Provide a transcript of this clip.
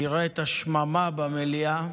תראה את השממה במליאה.